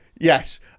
yes